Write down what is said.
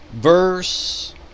verse